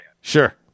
Sure